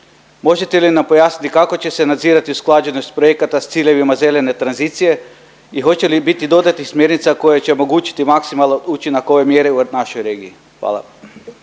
Možete li nam pojasniti, kako će se nadzirati usklađenost projekata s ciljevima zelene tranzicije i hoće li biti dodatnih smjernica koje će omogućiti maksimalan učinak ove mjere u našoj regiji. Hvala.